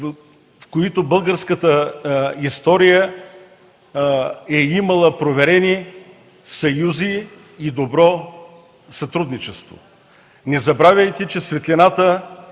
в които българската история е имала проверени съюзи и добро сътрудничество. Не забравяйте, че светлината